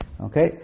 Okay